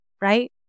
right